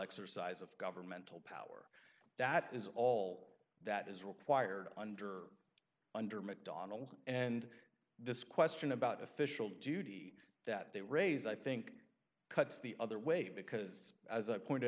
exercise of governmental power that is all that is required under under mcdonald's and this question about official duty that they raise i think cuts the other way because as i pointed